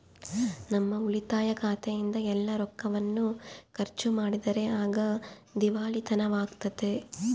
ನಮ್ಮ ಉಳಿತಾಯ ಖಾತೆಯಿಂದ ಎಲ್ಲ ರೊಕ್ಕವನ್ನು ಖರ್ಚು ಮಾಡಿದರೆ ಆಗ ದಿವಾಳಿತನವಾಗ್ತತೆ